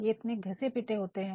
ये घिसेपिटे होते है